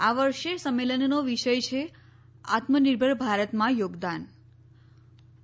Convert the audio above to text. આ વર્ષે સંમેલનનો વિષય છે આત્મનિર્ભર ભારતમાં યોગદાન